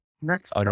Next